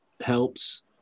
helps